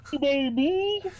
baby